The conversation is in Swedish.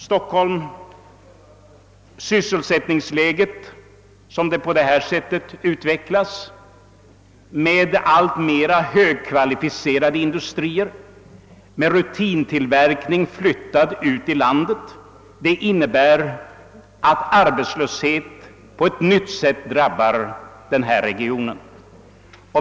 Utvecklingen i Stockholm med alltmera högkvalificerade industrier, med rutintillverkning flyttad ut i landet, innebär att arbetslöshet på ett nytt sätt drabbar denna region.